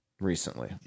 recently